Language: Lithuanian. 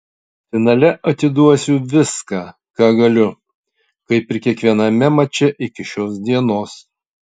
finale atiduosiu viską ką galiu kaip ir kiekviename mače iki šios dienos